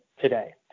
today